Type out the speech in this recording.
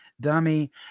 dummy